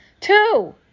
two